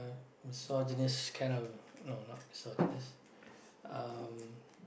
a misogynist kind of no not misogynist um